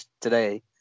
today